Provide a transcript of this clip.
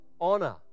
honor